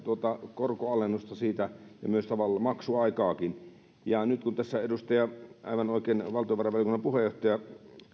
korkoalennusta siitä ja myös maksuaikaa nyt kun tässä aivan oikein valtiovarainvaliokunnan puheenjohtaja